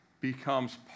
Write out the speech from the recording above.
becomes